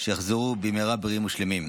שיחזרו במהרה בריאים ושלמים.